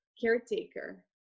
caretaker